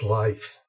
life